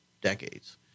decades